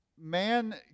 man